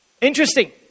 Interesting